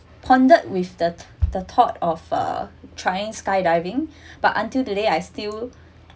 pondered with the the thought of uh trying skydiving but until today I still